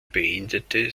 beendete